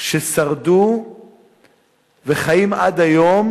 ששרדו בשואה וחיים עד היום